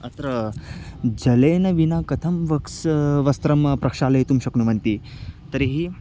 अत्र जलेन विना कथं वक्स् वस्त्रं प्रक्षालयितुं शक्नुवन्ति तर्हि